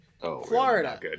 Florida